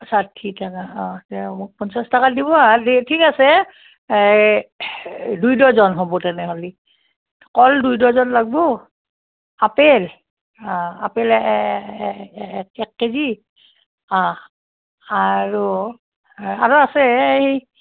ষাঠি টাকা অঁ দে মোক পঞ্চাছ টকাত দিব আৰু দি ঠিক আছে এই দুই ডজন হ'ব তেনেহ'লে কল দুই ডজন লাগিব আপেল আপেল এক কেজি অঁ আৰু আৰু আছেহে এই